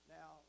Now